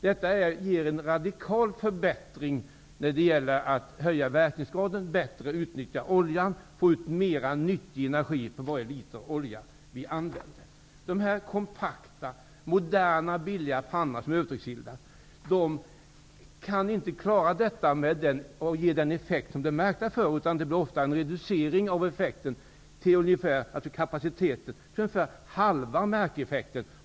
Detta ger en radikal förbättring när det gäller att höja verkningsgraden, bättre utnyttja oljan och få ut mera nyttig energi för varje liter olja som används. De kompakta, moderna och billiga pannorna som är övertryckseldade klarar inte att ge avsedd effekt, utan kapaciteten reduceras ofta till hälften av märkeffekten.